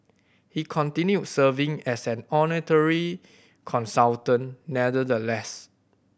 he continued serving as an honorary consultant nonetheless